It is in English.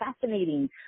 fascinating